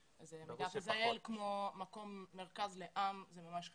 ישראל כמרכז לעם, זה ממש חשוב.